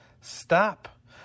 stop